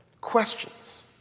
questions